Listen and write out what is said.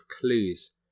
clues